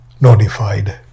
notified